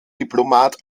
diplomat